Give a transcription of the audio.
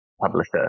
Publisher